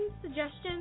suggestions